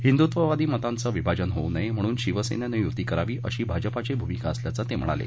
हिन्दुत्ववादी मतांचं विभाजन होऊ नये म्हणून शिवसेनेनं युती करावी अशी भाजपाची भूमिका असल्याचं ते म्हणाले